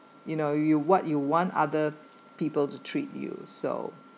you know you what you want other people to treat you so